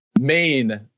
main